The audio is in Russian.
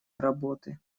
работы